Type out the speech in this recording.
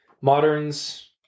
moderns